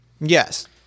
yes